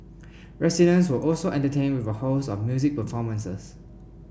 residents were also entertained with a host of music performances